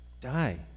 die